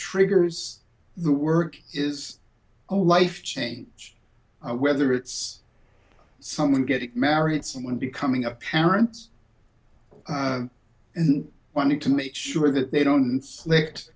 triggers the work is a life change whether it's someone getting married someone becoming a parent and wanting to make sure that they don't sli